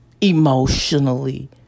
emotionally